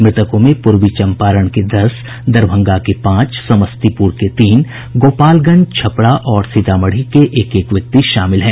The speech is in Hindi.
मृतकों में पूर्वी चम्पारण के दस दरभंगा के पांच समस्तीपुर के तीन गोपालगंज छपरा और सीतामढ़ी के एक एक व्यक्ति शामिल हैं